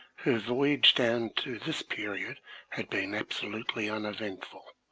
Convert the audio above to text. her voyage down to this period had been absolutely uneventful.